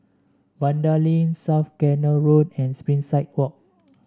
Vanda Link South Canal Road and Springside Walk